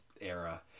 era